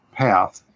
path